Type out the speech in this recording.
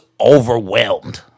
overwhelmed